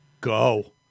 Go